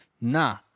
Nah